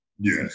Yes